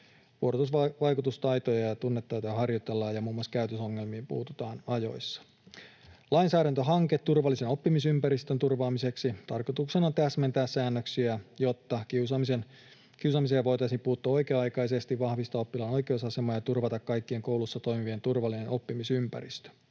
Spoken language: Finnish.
Vuorovaikutustaitoja ja tunnetaitoja harjoitellaan ja muun muassa käytösongelmiin puututaan ajoissa. Lainsäädäntöhanke turvallisen oppimisympäristön turvaamiseksi: Tarkoituksena on täsmentää säännöksiä, jotta kiusaamiseen voitaisiin puuttua oikea-aikaisesti, vahvistaa oppilaan oikeusasemaa ja turvata kaikkien koulussa toimivien turvallinen oppimisympäristö.